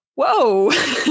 whoa